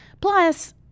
Plus